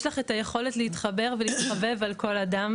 יש לך את היכולת להתחבר ולהתחבב על כל אדם,